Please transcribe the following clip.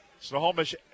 Snohomish